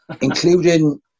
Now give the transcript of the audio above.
including